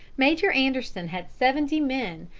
major anderson had seventy men,